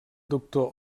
doctor